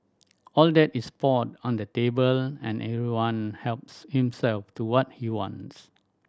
all that is poured on the table and everyone helps himself to what he wants